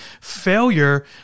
Failure